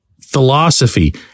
philosophy